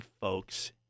folks